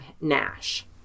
Nash